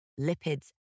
lipids